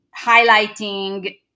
highlighting